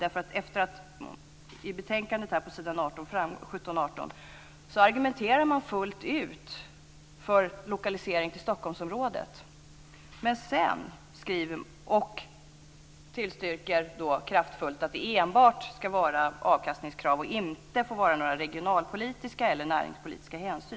På s. 17-18 i betänkandet argumenterar man fullt ut för en lokalisering till Stockholmsområdet och tillstyrker kraftfullt att det enbart ska vara avkastningskrav och att det inte får vara några regionalpolitiska eller näringspolitiska hänsyn.